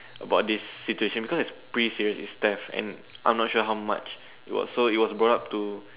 about this situation cause it was retty stuff but I'm not sure about how much it was so it was brought up to